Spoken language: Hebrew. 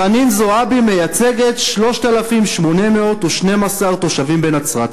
חנין זועבי מייצגת 3,812 תושבים בנצרת.